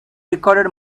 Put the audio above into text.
recovered